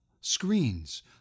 screens